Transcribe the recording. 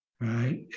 right